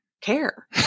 care